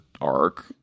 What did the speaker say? arc